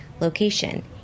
Location